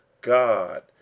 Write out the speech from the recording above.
God